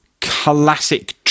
classic